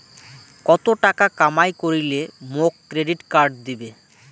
কত টাকা কামাই করিলে মোক ক্রেডিট কার্ড দিবে?